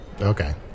Okay